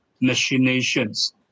machinations